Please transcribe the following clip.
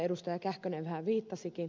kähkönen vähän viittasikin